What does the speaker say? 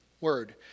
word